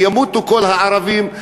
שימותו כל הערבים,